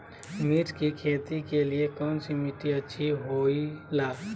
मिर्च की खेती के लिए कौन सी मिट्टी अच्छी होईला?